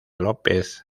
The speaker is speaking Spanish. lópez